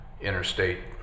Interstate